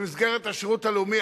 במסגרת השירות הלאומי,